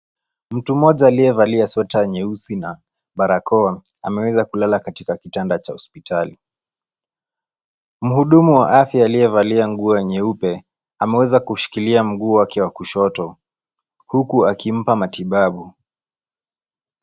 Mtu mmoja aliye valia sweta nyeusi na barakoa ameeza kulala katika kitanda cha hospitali. Muhudumu wa afya alivalia nguo nyeupe ameweza kushikilia mguu wake wa kushoto huku akimpa matibabu.